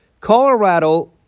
Colorado